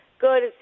good